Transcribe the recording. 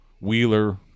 Wheeler